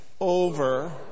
over